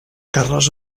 carles